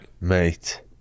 Mate